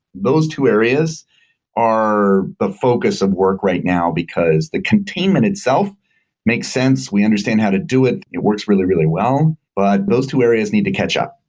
those two areas are the focus of work right now because the containment itself makes sense. we understand how to do it. it works really, really well, but those two areas need to catch up.